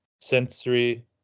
sensory